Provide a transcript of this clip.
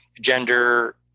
gender